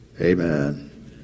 Amen